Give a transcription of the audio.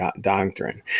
doctrine